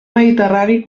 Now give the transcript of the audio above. mediterrani